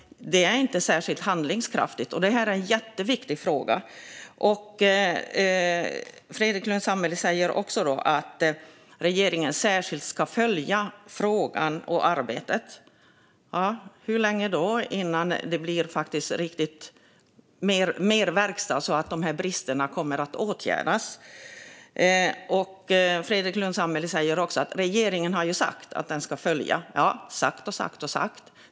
Det är inte särskilt handlingskraftigt, och det här är en jätteviktig fråga. Fredrik Lundh Sammeli säger att regeringen särskilt ska följa frågan och arbetet. Jaha? Hur länge då innan det blir mer verkstad så att bristerna åtgärdas? Fredrik Lundh Sammeli säger också att regeringen har sagt att den ska följa upp. Ja, sagt och sagt.